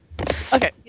Okay